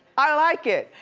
i like it.